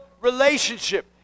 relationship